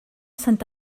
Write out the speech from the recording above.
sant